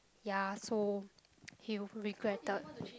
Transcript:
ya so he regretted